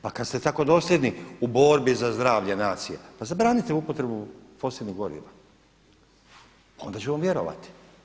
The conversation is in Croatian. Pa kad ste tako dosljedni u borbi za zdravlje nacije, pa zabranite upotrebu fosilnih goriva, onda ću vam vjerovati.